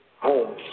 Home